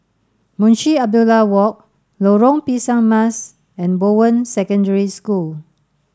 Munshi Abdullah Walk Lorong Pisang Emas and Bowen Secondary School